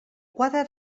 quadre